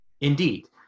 indeed